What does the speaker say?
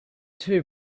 too